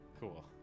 cool